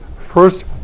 first